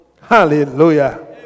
Hallelujah